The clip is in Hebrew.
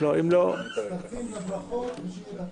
מצטרפים לברכות, ושיהיה בהצלחה.